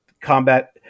combat